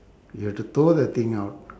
you have to tow the thing out